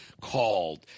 called